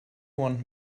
want